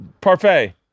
parfait